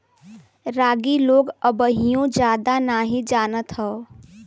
रागी लोग अबहिओ जादा नही जानत हौ